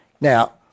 Now